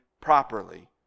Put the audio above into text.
properly